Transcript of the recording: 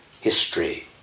history